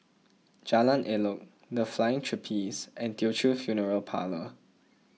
Jalan Elok the Flying Trapeze and Teochew Funeral Parlour